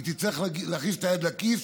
היא תצטרך להכניס את היד לכיס,